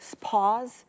pause